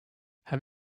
have